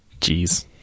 Jeez